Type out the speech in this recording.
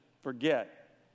forget